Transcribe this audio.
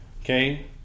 Okay